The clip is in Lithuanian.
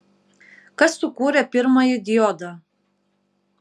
kas sukūrė pirmąjį diodą